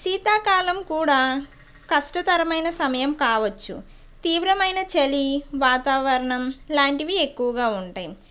శీతాకాలం కూడా కష్టతరమైన సమయం కావచ్చు తీవ్రమైన చలి వాతావరణం లాంటివి ఎక్కువగా ఉంటాయి